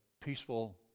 peaceful